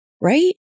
right